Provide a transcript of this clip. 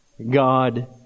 God